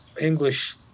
English